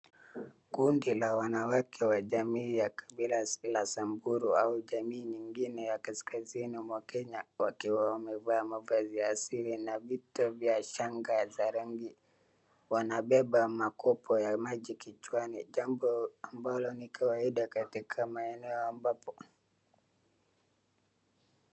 Kundi la wanawake wa jamii ya kabila la Samburu au jamii nyingine ya Kaskazini mwa Kenya wakiwa wamevaa mavazi ya asili na vito vya shanga za rangi, wanabeba makopo ya maji kichwani. Jambo ambalo ni kawaida katika maeneo ambapo.